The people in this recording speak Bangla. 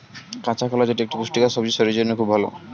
কাঁচা কলা যেটি এক পুষ্টিকর সবজি শরীরের জন্য খুব ভালো